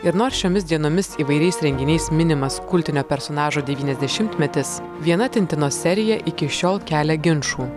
ir nors šiomis dienomis įvairiais renginiais minimas kultinio personažo devyniasdešimtmetis viena tintino serija iki šiol kelia ginčų